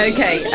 Okay